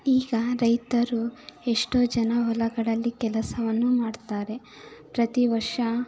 ಈಗ ರೈತರು ಎಷ್ಟೋ ಜನ ಹೊಲಗಳಲ್ಲಿ ಕೆಲಸವನ್ನು ಮಾಡ್ತಾರೆ ಪ್ರತಿ ವರ್ಷ